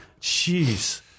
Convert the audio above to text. Jeez